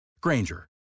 Granger